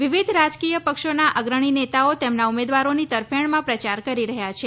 વિવિધ રાજકીય પક્ષોના અગ્રણી નેતાઓ તેમના ઉમેદવારોની તરફેણમાં પ્રચાર કરી રહ્યા છે